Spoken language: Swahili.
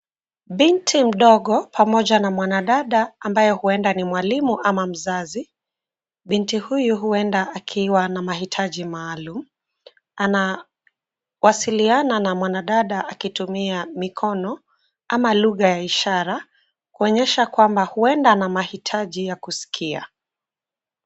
Binti mdogo pamoja na mwanadada ambaye huenda ni mwalimu ama mzazi. Binti huyu huenda akiwa na mahitaji maalum anawasiliana na mwanadada akitumia mikono ama lugha ya ishara, kuonyesha kwamba huenda ana mahitaji ya kusikia.